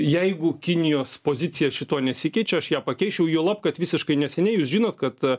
jeigu kinijos pozicija šituo nesikeičia aš ją pakeisčiau juolab kad visiškai neseniai jūs žinot kad